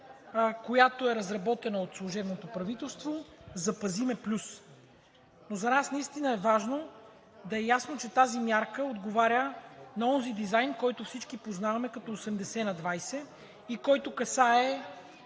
мярката, разработена от служебното правителство „Запази ме плюс“. Но за нас наистина е важно да е ясно, че тази мярка отговаря на онзи дизайн, който всички познаваме като 80/20 и който касае